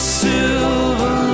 silver